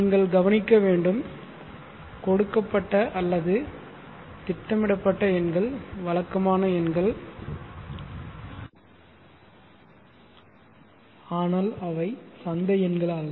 நீங்கள் கவனிக்க வேண்டும் கொடுக்கப்பட்ட அல்லது திட்டமிடப்பட்ட எண்கள் வழக்கமான எண்கள் ஆனால் அவை சந்தை எண்கள் அல்ல